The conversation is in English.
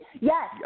Yes